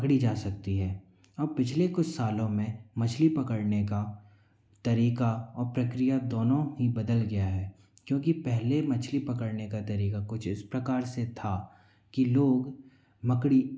पकड़ी जा सकती है अब पिछले कुछ सालों में मछली पकड़ने का तरीका और प्रक्रिया दोनों ही बदल गया है क्योंकि पहले मछली पकड़ने का तरीका कुछ इस प्रकार से था कि लोग मकड़ी